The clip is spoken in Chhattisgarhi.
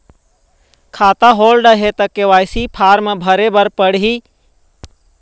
खाता होल्ड हे ता के.वाई.सी फार्म भरे भरे बर पड़ही?